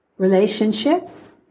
relationships